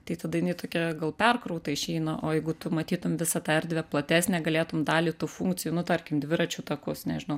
tai tada jinai tokia gal perkrauta išeina o jeigu tu matytum visą tą erdvę platesnę galėtum dalį tų funkcijų nu tarkim dviračių takus nežinau